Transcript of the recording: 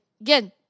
again